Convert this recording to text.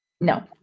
no